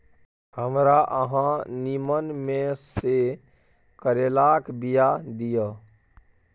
हमरा अहाँ नीमन में से करैलाक बीया दिय?